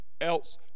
else